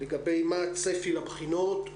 מה הצפי לבחינות.